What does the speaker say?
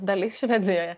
dalis švedijoje